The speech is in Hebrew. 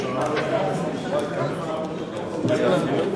אנשים מפחדים לדבר שמא יאשימו אותם.